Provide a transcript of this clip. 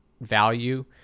value